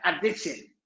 addiction